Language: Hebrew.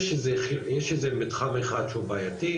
יש מתחם אחד שהוא בעייתי,